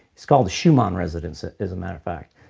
it's called the schumann resonance as a matter of fact,